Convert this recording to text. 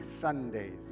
sundays